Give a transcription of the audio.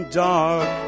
dark